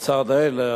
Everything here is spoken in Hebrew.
בצד אלה,